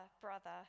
brother